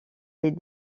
les